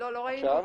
לא ראינו אותך.